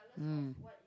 mm